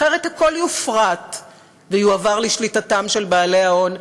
אחרת הכול יופרט ויועבר לשליטתם של בעלי ההון,